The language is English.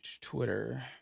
Twitter